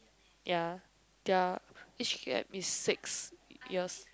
ya their age gap is six years